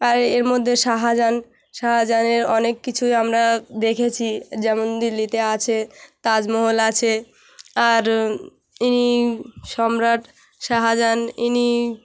আর এ এর মধ্যে শাহজাহান শাহজানের অনেক কিছুই আমরা দেখেছি যেমন দিল্লিতে আছে তাজমহল আছে আর ইনি সম্রাট শাহজাহান ইনি